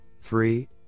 three